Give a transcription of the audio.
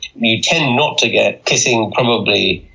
you tend not to get kissing, probably,